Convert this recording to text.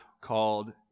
called